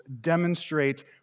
demonstrate